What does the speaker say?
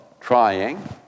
trying